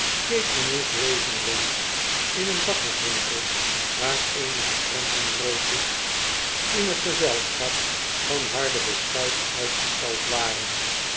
keek mijnheer grazinglands in een bakkerswinkel waar eenige krentenbroodjes in t gezelschap van harde beschuit uitgestald waren